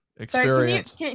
Experience